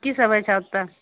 की सब होइ छै ओतऽ